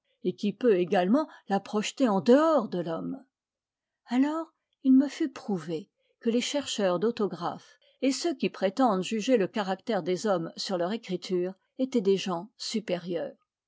et qui peut également la projeter en dehors de l'homme alors il me fut prouvé que les chercheurs d'autographes et ceux qui prétendent juger le caractère des hommes sur leur écriture étaient des gens supérieurs